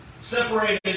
separated